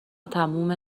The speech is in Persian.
تموم